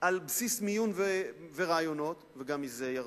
על בסיס מיון וראיונות, וגם מזה ירדו,